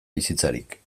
bizitzarik